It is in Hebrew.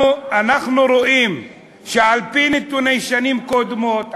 אנחנו רואים שעל-פי נתוני שנים קודמות,